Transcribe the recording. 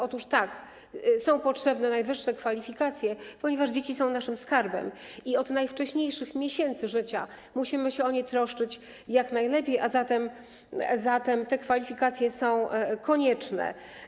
Otóż tak, są potrzebne najwyższe kwalifikacje, ponieważ dzieci są naszym skarbem i od najwcześniejszych miesięcy życia musimy się o nie jak najlepiej troszczyć, a zatem te kwalifikacje są konieczne.